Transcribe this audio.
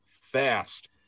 fast